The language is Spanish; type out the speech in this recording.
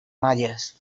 mayas